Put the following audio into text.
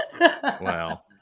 Wow